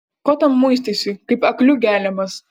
ko ten muistaisi kaip aklių geliamas